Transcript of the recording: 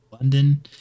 london